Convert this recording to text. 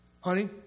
Honey